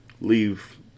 Leave